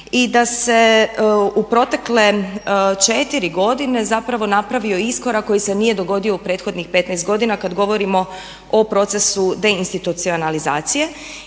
i da se u protekle 4 godine zapravo napravio iskorak koji se nije dogodio u prethodnih 15 godina kad govorimo o procesu deinstitucionalizacije.